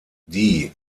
die